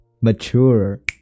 mature